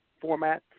format